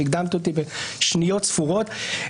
הקדמת אותי בשניות ספורות,